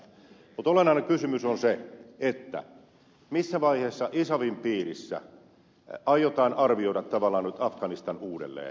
mutta olennainen kysymys on se missä vaiheessa isafin piirissä aiotaan arvioida tavallaan nyt afganistan uudelleen